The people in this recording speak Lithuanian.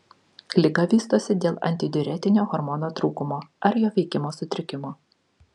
liga vystosi dėl antidiuretinio hormono trūkumo ar jo veikimo sutrikimo